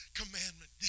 commandment